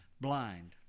blind